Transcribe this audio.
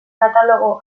katalogo